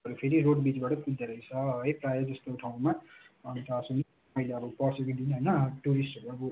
हजुर फेरि रोड बिचबाटै कुद्दोरहेछ है प्राय जस्तो ठाउँमा अन्त फेरि अहिले अब होइन टुरिस्टहरू अब